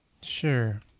Sure